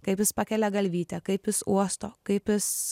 kaip jis pakelia galvytę kaip jis uosto kaip jis